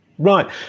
Right